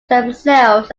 themselves